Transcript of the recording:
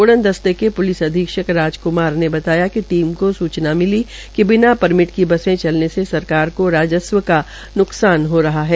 उड़ने दस्ते के प्लिस अधीक्षक राजकुमार ने ने बताया कि टीम को सूचना मिली थी कि बिना परमिट की बसे चलने से सरकार को राजस्व का न्कसान हो रहा है